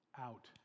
out